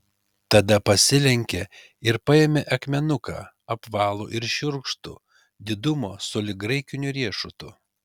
tada pasilenkė ir paėmė akmenuką apvalų ir šiurkštų didumo sulig graikiniu riešutu